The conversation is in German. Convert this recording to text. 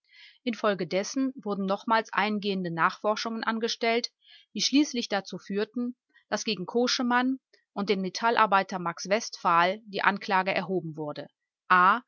verurteilt infolgedessen wurden nochmals eingehende nachforschungen angestellt die schließlich dazu führten daß gegen koschemann und den metallarbeiter max westphal die anklage erhoben wurde